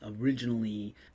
originally